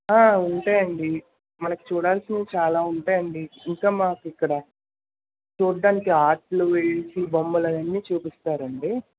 ఉంటాయండి మనకి చూడాల్సినవి చాలా ఉంటాయండి ఇంకా మాకిక్కడ చూడటానికి ఆర్ట్లు వేసి బొమ్మలు అయన్ని చుపిస్తారండి